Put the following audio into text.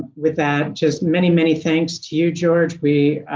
with that just many many thanks to you george we.